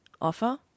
offer